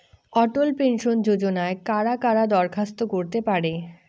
অটল pension যোজনায় কারা কারা দরখাস্ত করতে পারে?